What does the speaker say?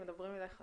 עלו פה